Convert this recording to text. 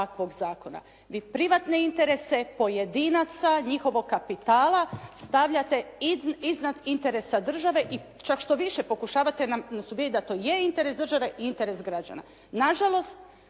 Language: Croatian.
Vi privatne interese pojedinaca, njihovog kapitala stavljate iznad interesa države i čak što više, pokušavate nas ubijediti da to je interes države i interes građana.